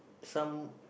some